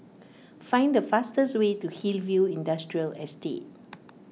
find the fastest way to Hillview Industrial Estate